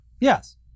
Yes